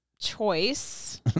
choice